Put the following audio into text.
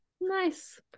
Nice